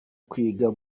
kwiga